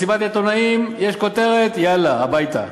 מסיבת עיתונאים, יש כותרת, יאללה, הביתה.